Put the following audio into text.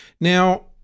Now